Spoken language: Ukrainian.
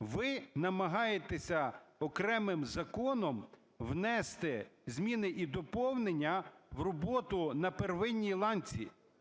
ви намагаєтеся окремим законом внести зміни і доповнення в роботу на первинній ланці.